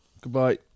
Goodbye